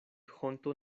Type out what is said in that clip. honto